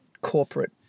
corporate